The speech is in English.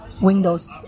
windows